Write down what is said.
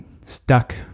stuck